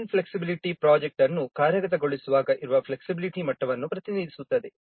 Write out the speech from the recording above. development flexibility project ಅನ್ನು ಕಾರ್ಯಗತಗೊಳಿಸುವಾಗ ಇರುವ ಮಟ್ಟವನ್ನು ಪ್ರತಿನಿಧಿಸುತ್ತದೆ